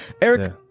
Eric